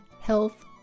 Health